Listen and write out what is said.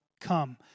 come